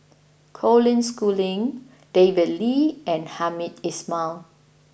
Colin Schooling David Lee and Hamed Ismail